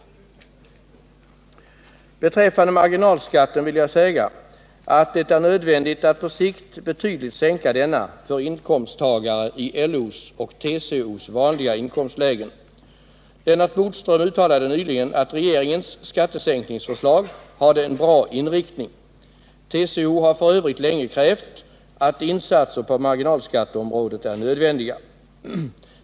— Torsdagen den Beträffande marginalskatten vill jag säga att det är nödvändigt att på sikt — 14 december 1978 sänka denna för inkomsttagare i LO:s och TCO:s vanliga inkomstlägen. Lennart Bodström uttalade nyligen att regeringens skattesänkningsförslag Den ekonomiska hade en bra inriktning. TCO har f. ö. länge ansett att insatser på marginalskatteområdet är nödvändiga.